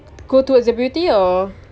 go towards the beauty or